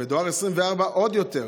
בדואר 24 עוד יותר.